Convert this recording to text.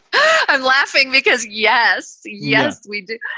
i'm laughing because. yes, yes, we do.